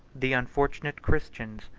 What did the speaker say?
the unfortunate christians,